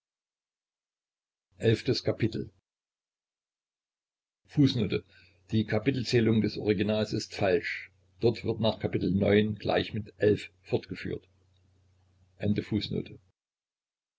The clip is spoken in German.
die kapitelzählung des originals ist falsch dort wird nach kap ix gleich mit xi fortgeführt